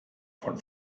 von